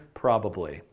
probably.